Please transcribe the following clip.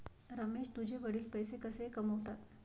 रमेश तुझे वडील पैसे कसे कमावतात?